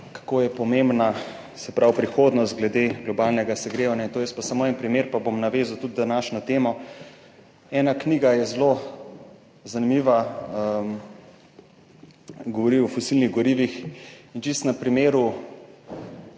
kako je pomembna, se pravi prihodnost glede globalnega segrevanja. Jaz pa samo en primer, pa bom navezal tudi današnjo temo, ena knjiga je zelo zanimiva, govori o fosilnih gorivih in čisto na primeru